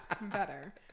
better